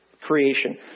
creation